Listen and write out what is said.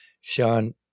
Sean